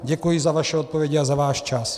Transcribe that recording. Děkuji za vaše odpovědi a za váš čas.